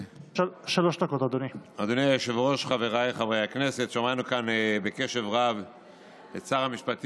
מעל הדוכן ולהציג ראיות